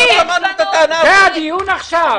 זה הדיון עכשיו?